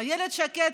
איילת שקד,